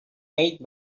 made